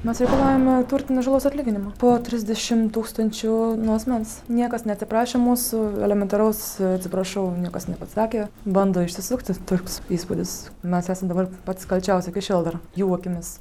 mes reikalaujame turtinės žalos atlyginimo po trisdešim tūkstančių nuo asmens niekas neatsiprašė mūsų elementaraus atsiprašau niekas nepasakė bando išsisukti toks įspūdis mes esam dabar patys kalčiausi iki šiol dar jų akimis